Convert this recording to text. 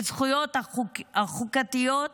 בזכויות החוקתיות,